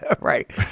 Right